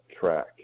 track